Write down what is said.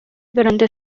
durante